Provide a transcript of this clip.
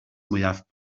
mwyaf